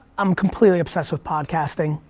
i'm completely obsessed with podcasting.